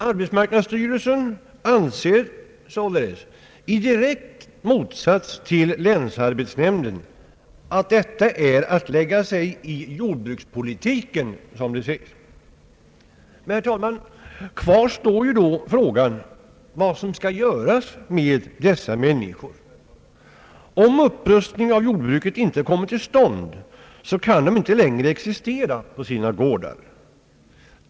Arbetsmarknadsstyrelsen synes således, i direkt motsats till länsarbetsnämnden, anse att detta är att lägga sig i jordbrukspolitiken. Kvar står då frågan om vad som skall göras med dessa människor. Om upprustningen av jordbruket inte kommer till stånd kan de inte längre existera på sina gårdar.